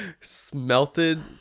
Smelted